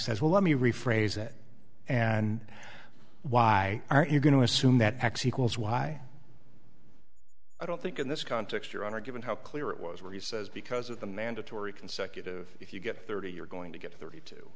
as well let me rephrase that and why are you going to assume that x equals why i don't think in this context your honor given how clear it was where he says because of the mandatory consecutive if you get thirty you're going to get thirty two